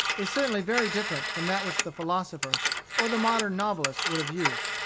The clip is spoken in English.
is certainly very different from that which the philosopher or the modern novelist would have used,